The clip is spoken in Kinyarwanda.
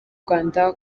rwanda